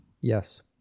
Yes